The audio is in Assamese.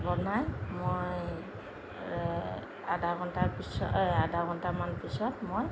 বনাই মই আধা ঘণ্টাৰ পিছত আধা ঘণ্টামান পিছত মই